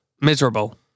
miserable